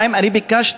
2. אני ביקשתי,